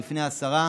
בפני השרה,